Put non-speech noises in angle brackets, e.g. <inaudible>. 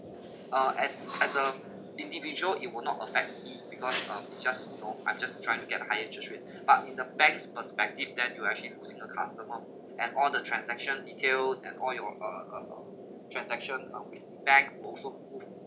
uh as as um individual it will not affect me because um it just you know I'm just trying to get a higher interest rate <breath> but in the bank's perspective then you are actually losing a customer and all the transaction details and all your uh uh uh transaction um with the bank would also move